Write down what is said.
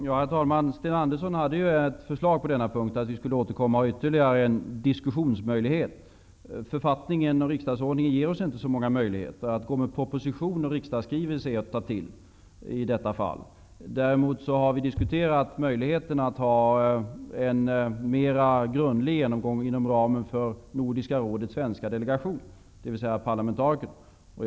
Herr talman! Sten Andersson hade ett förslag på denna punkt, att vi skulle få ytterligare en diskussionsmöjlighet. Författningen och riksdagsordningen ger oss inte så många möjligheter. Att komma med en proposition eller riksdagsskrivelse är att ta till i detta fall. Däremot har vi diskuterat möjligheten att ha en mera grundlig genomgång inom ramen för Nordiska rådets svenska delegation, dvs. parlamentarikerna.